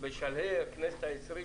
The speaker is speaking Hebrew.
בשלהי הכנסת העשרים,